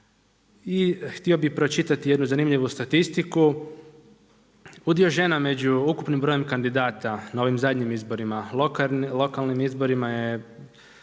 I htio bih pročitati jednu zanimljivu statistiku. Udio žena među ukupnim brojem kandidata na ovim zadnjim izborima, lokalnim izborima je